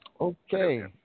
Okay